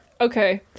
Okay